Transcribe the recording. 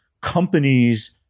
companies